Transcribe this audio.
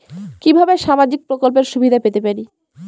কিভাবে সামাজিক প্রকল্পের সুবিধা পেতে পারি?